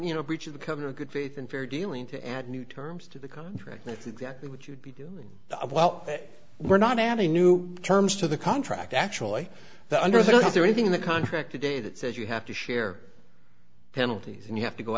you know breach of the cover of good faith and fair dealing to add new terms to the contract that's exactly what you'd be doing while we're not adding new terms to the contract actually under that is there anything in the contract today that says you have to share penalties and you have to go